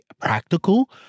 practical